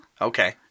Okay